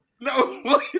No